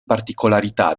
particolarità